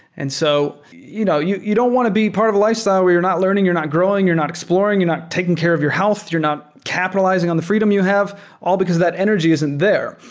and so you know you you don't want to be part of a lifestyle where you're not learning, you're not growing, you're not exploring, you're not taking care of your health, you're not capitalizing on the freedom you have all because that energy isn't there.